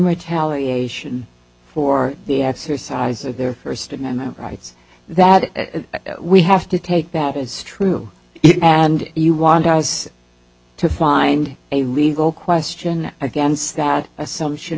retaliation for the exercise of their first amendment rights that we have to take that it's true and you want us to find a regal question against that assumption